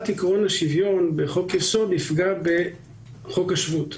עקרון השוויון כחוק-יסוד תפגע במימוש חוק השבות.